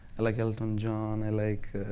i like elton john. i like